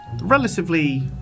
relatively